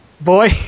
Boy